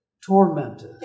tormented